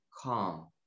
calm